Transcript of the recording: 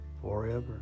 forever